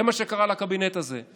זה מה שקרה לקבינט הזה.